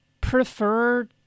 prefer